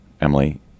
Emily